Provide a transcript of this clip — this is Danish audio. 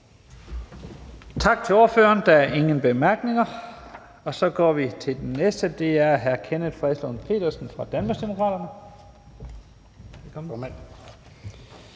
Tak til ordføreren. Der er ingen korte bemærkninger. Så går vi til den næste, og det er hr. Kenneth Fredslund Petersen fra Danmarksdemokraterne. Velkommen.